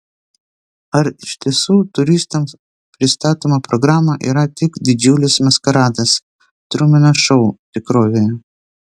ar iš tiesų turistams pristatoma programa yra tik didžiulis maskaradas trumeno šou tikrovėje